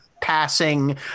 passing